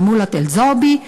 חמולת א-זועבי.